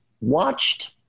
Watched